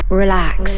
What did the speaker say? relax